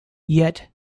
yet